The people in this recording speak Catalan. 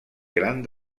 gran